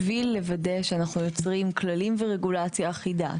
בשביל לוודא שאנחנו יוצרים כללים ורגולציה אחידה,